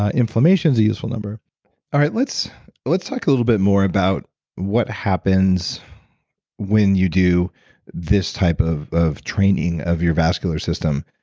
ah inflammation's a useful number all right, let's let's talk a little bit more about what happens when you do this type of of training of your vascular system.